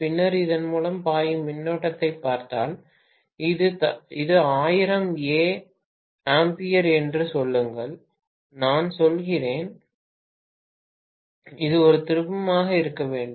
பின்னர் இதன் மூலம் பாயும் மின்னோட்டத்தைப் பார்த்தால் இது 1000 A என்று சொல்லுங்கள் நான் செல்கிறேன் இது 1 திருப்பமாக இருக்க வேண்டும்